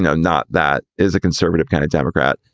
and not that is a conservative kind of democrat.